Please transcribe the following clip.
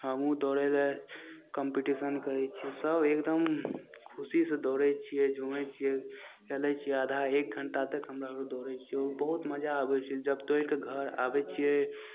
हमहुँ दौड़य लए कंपीटिशन करय छियै सब एकदम खुशीसँ दौड़य छियै झूमय छियै चलय छियै आधा एक घण्टा तक हमरा अर दौड़य छियै बहुत मजा आबय छै जब दौड़िके घर आबय छियै